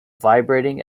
vibrating